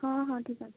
ହଁ ହଁ ଠିକଅଛି